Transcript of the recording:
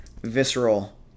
visceral